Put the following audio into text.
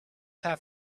half